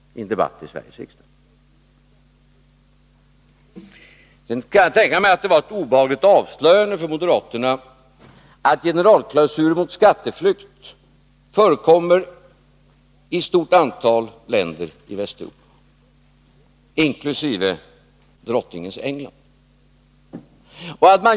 Nu kan jag tänka mig att det var ett obehagligt avslöjande för moderaterna att en generalklausul mot skatteflykt förekommer i ett stort antal länder i Västeuropa, inkl. drottningens England.